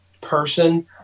person